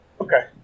Okay